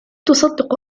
تصدق